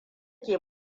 ke